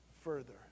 further